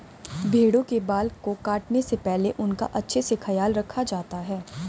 भेड़ों के बाल को काटने से पहले उनका अच्छे से ख्याल रखा जाता है